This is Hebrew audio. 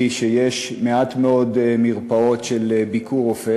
לכך שיש מעט מאוד מרפאות של "ביקורופא"